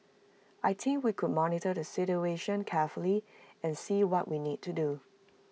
I team we could monitor the situation carefully and see what we need to do